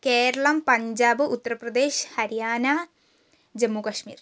Keralam Punjab Uttar Pradesh Haryana Jammu Kashmir